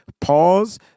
Pause